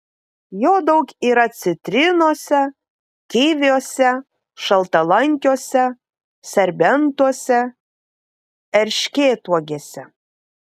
jo daug yra citrinose kiviuose šaltalankiuose serbentuose erškėtuogėse